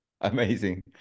Amazing